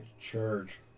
charge